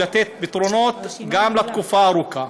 וצריך גם לתת פתרונות לתקופה ארוכה.